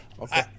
Okay